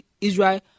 Israel